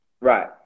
right